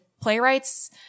playwrights